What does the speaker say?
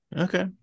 okay